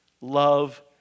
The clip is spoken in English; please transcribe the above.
Love